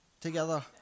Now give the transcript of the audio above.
together